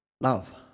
Love